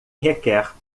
requer